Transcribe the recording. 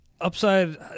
upside